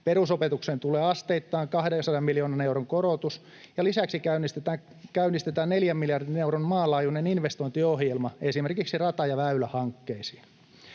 perusopetukseen tulee asteittain 200 miljoonan euron korotus, ja lisäksi käynnistetään neljän miljardin euron maanlaajuinen investointiohjelma esimerkiksi rata- ja väylähankkeisiin.